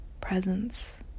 presence